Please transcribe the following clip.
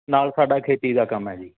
ਨਾਲ ਸਾਡਾ ਖੇਤੀ ਦਾ ਕੰਮ ਹੈ ਜੀ